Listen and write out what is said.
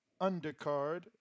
Undercard